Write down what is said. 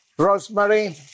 Rosemary